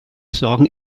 sorgen